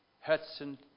Hudson